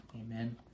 Amen